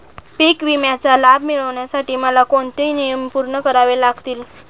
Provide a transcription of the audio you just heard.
पीक विम्याचा लाभ मिळण्यासाठी मला कोणते नियम पूर्ण करावे लागतील?